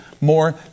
more